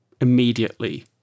immediately